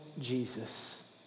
Jesus